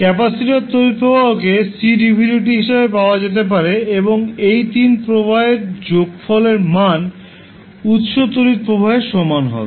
capacitor তড়িৎ প্রবাহকে C dv dt হিসাবে পাওয়া যেতে পারে এবং এই 3 প্রবাহের যোগফলের মান উত্স তড়িৎ প্রবাহের সমান হবে